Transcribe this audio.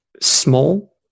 small